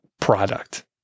product